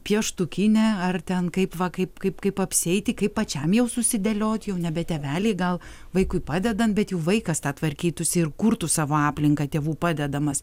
pieštukinę ar ten kaip va kaip kaip kaip apsieiti kaip pačiam jau susidėliot jau nebe tėveliai gal vaikui padedant bet juk vaikas tą tvarkytųsi ir kurtų savo aplinką tėvų padedamas